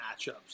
matchups